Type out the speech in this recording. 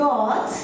God